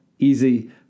Easy